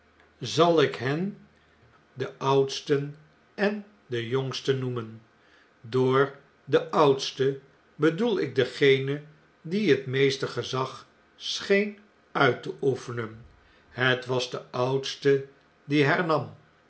zal ik hen den oudsten en den jongsten noemen door den oudsten bedoel ik dengene die het meeste gezag scheen uit te oefenen het was de oudste